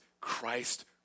Christ